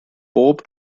bob